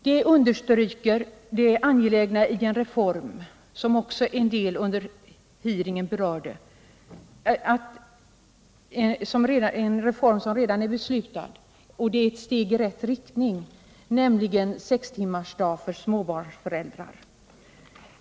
Det understryker det angelägna i en reform — som också en del berörde under hearingen — som redan är beslutad och som är ett steg i rätt riktning, nämligen sextimmarsdag för småbarnsföräldrar.